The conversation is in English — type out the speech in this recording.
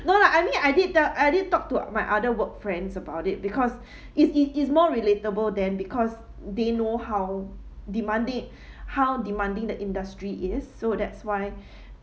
no lah I mean I did tell I did talk to my other work friends about it because it it it's more relatable than because they know how demanding how demanding the industry is so that's why